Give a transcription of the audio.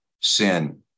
sin